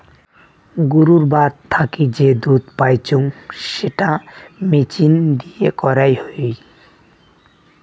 গুরুর বাত থাকি যে দুধ পাইচুঙ সেটা মেচিন দিয়ে করাং হই